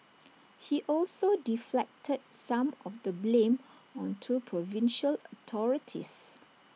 he also deflected some of the blame onto provincial authorities